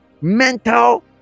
mental